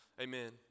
Amen